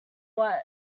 what